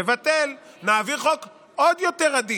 מבטל, נעביר חוק עוד יותר עדין,